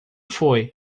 foi